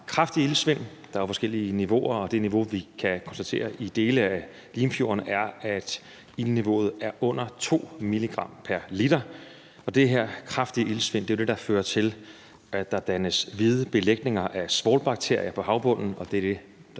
Vi har kraftig iltsvind. Der er forskellige niveauer, og det niveau, vi kan konstatere i dele af Limfjorden, er, at iltniveauet er under 2 mg pr. liter. Det her kraftige iltsvind er det, der fører til, at der dannes hvide belægninger af svovlbakterier på havbunden, og det er det,